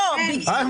--- לא הבנתי,